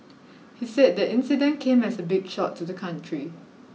he said the incident came as a big shock to the country